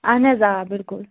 اہَن حظ آ بِلکُل